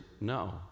no